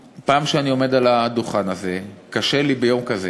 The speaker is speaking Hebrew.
כשאני עומד על הדוכן הזה, קשה לי ביום כזה